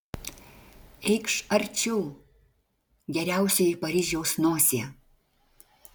eikš arčiau geriausioji paryžiaus nosie